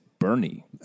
Bernie